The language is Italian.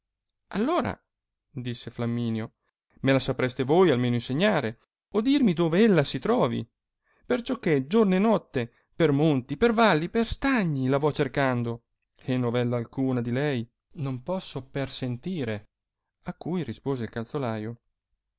allora disse flamminio me la sapereste voi almeno insegnare o dirmi dove ella si trovi perciò che giorno e notte per monti per valli per stagni la vo cercando e novella alcuna di lei non posso persentire a cui rispose il calzolaio